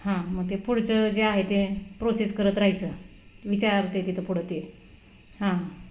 हां मग ते पुढचं जे आहे ते प्रोसेस करत राहायचं विचारते तिथं पुढं ते हां